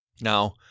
Now